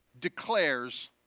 declares